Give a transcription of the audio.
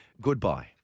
Goodbye